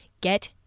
get